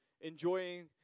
enjoying